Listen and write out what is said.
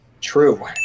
True